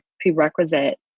prerequisite